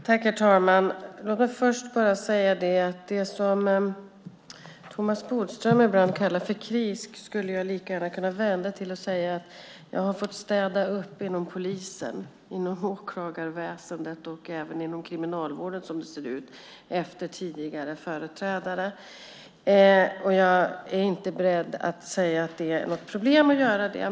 Herr talman! Det som Thomas Bodström ibland kallar för kris skulle jag lika gärna kunna vända på och säga att jag har fått städa upp inom polisen, åklagarväsendet och även Kriminalvården, som det ser ut, efter företrädarna. Jag är inte beredd att säga att det är något problem att göra det.